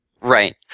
Right